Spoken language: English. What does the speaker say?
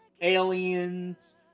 Aliens